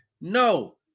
No